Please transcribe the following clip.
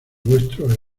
vuestro